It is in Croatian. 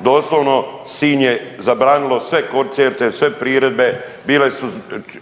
doslovno Sinj je zabranilo sve koncerte, sve priredbe, bile su,